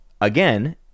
again